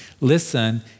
listen